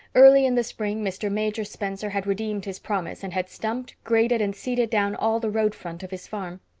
early in the spring mr. major spencer had redeemed his promise and had stumped, graded, and seeded down all the road front of his farm.